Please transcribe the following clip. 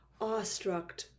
awestruck